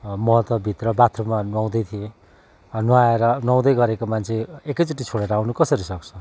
म त भित्र बाथरुममा नुहाउँदै थिएँ नुहाएर नुहाउँदै गरेको मान्छे एकैचोटि छोडेर आउनु कसरी सक्छ